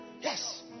Yes